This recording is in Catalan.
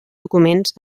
documents